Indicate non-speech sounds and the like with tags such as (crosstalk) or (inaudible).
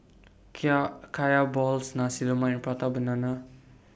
(unintelligible) Kaya Balls Nasi Lemak Prata Banana